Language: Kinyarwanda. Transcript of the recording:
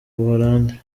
buholandi